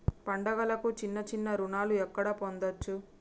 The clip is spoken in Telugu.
పండుగలకు చిన్న చిన్న రుణాలు ఎక్కడ పొందచ్చు?